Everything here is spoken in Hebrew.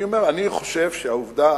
אני חושב שהעובדה